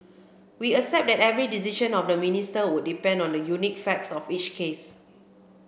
we accept that every decision of the Minister would depend on the unique facts of each case